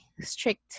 strict